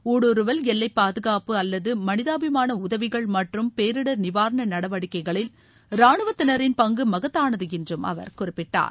ஊடுருவல் எல்லைப்பாதுகாப்பு அல்லது மனிதாபிமான உதவிகள் மற்றும் பேரிடர் நிவாரண நடவடிக்கைகளில் ராணுவத்தினரின் பங்கு மகத்தானது என்றும் அவர் குறிப்பிட்டார்